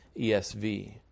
ESV